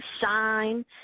Shine